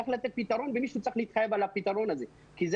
צריך לתת פתרון ומישהו צריך להתחייב על הפתרון הזה כי זה